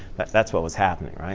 that's what was happening.